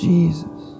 Jesus